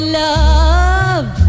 love